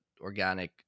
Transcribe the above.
organic